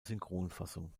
synchronfassung